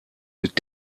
mit